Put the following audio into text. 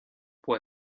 può